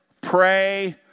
pray